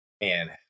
Man